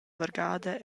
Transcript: vargada